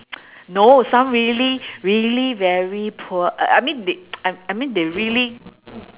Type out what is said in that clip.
no some really really very poor uh I mean they I I mean they really